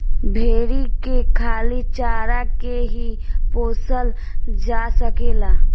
भेरी के खाली चारा के ही पोसल जा सकेला